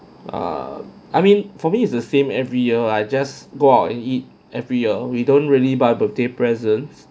err I mean for me it's the same every year I just go out and eat every year we don't really buy birthday presents